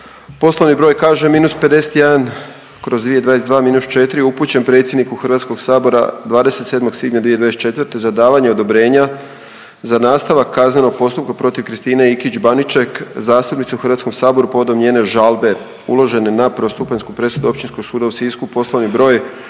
poslovni broj Kž-51/2022-4 upućen predsjedniku HS-a 27. svibnja 2024. za davanje odobrenja za nastavak kaznenog postupka protiv Kristine Ikić Baniček, zastupnice u HS-u povodom njene žalbe uložene na prvostupanjsku presudu Općinskog suda u Sisku poslovni broj